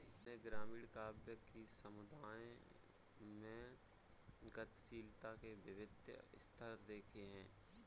मैंने ग्रामीण काव्य कि समुदायों में गतिशीलता के विभिन्न स्तर देखे हैं